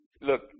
look